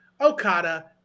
Okada